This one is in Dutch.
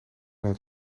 het